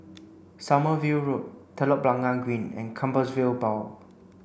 Sommerville Road Telok Blangah Green and Compassvale Bow